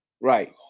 Right